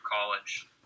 college